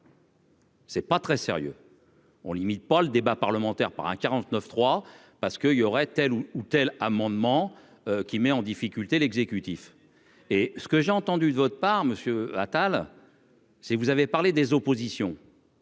C'est pas très sérieux. On limite pas le débat parlementaire par un 49 3 parce que, il y aurait tels ou tels amendements qui met en difficulté l'exécutif et ce que j'ai entendu votre part Monsieur Attal. C'est, vous avez parlé des oppositions.